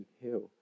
Hill